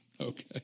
Okay